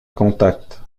contact